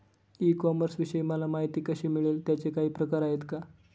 E कॉमर्सविषयी मला माहिती कशी मिळेल? त्याचे काही प्रकार आहेत का?